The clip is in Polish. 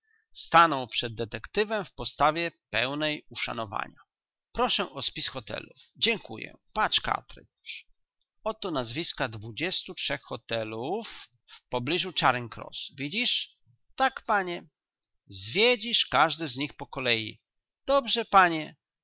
stanął przed detektywem w postawie pełnej uszanowania proszę o spis hotelów dziękuję patrz cartridge oto nazwiska dwudziestu trzech hotelów w pobliżu charing cross widzisz tak panie zwiedzisz każdy z nich po kolei dobrze panie